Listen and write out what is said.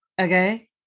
okay